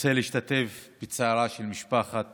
רוצה להשתתף בצערה של משפחת